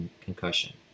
concussion